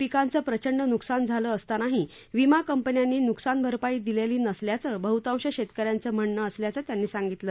पिकांचं प्रचंड नुकसान झाले असतानाही विमा कंपन्यांनी नुकसान भरपाई दिलेली नसल्याचे बहुतांश शैतकऱ्यांचे म्हणणं असल्याचं त्यांनी सांगितलं